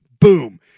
Boom